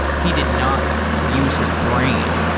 he did not use his brain.